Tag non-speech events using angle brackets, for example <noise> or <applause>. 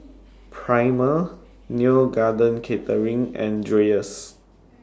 Prima Neo Garden Catering and Dreyers <noise>